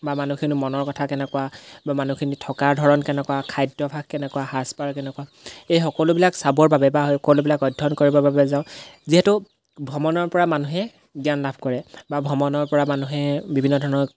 বা মানুহখিনি মনৰ কথা কেনেকুৱা বা মানুহখিনি থকাৰ ধৰণ কেনেকুৱা খাদ্যাভ্যাস কেনেকুৱা সাজপাৰ কেনেকুৱা এই সকলোবিলাক চাবৰ বাবে বা সকলোবিলাক অধ্যয়ন কৰিবৰ বাবে যাওঁ যিহেতু ভ্ৰমণৰপৰা মানুহে জ্ঞান লাভ কৰে বা ভ্ৰমণৰপৰা মানুহে বিভিন্ন ধৰণৰ